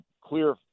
clear